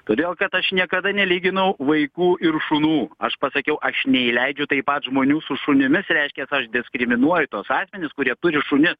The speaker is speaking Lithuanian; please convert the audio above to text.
todėl kad aš niekada nelyginau vaikų ir šunų aš pasakiau aš neįleidžiu taip pat žmonių su šunimis reiškias aš diskriminuoju tuos asmenis kurie turi šunis